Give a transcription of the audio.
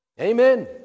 Amen